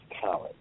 talent